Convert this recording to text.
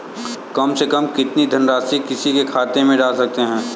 कम से कम कितनी धनराशि किसी के खाते में डाल सकते हैं?